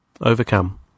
Overcome